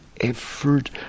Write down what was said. effort